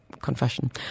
confession